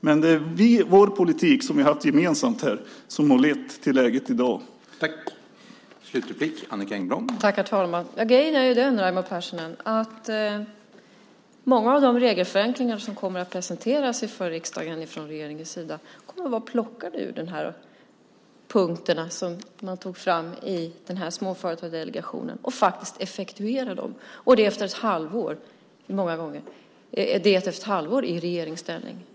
Men det är den politik som vi haft gemensamt med Vänsterpartiet och Miljöpartiet som har lett till det läge vi i dag har.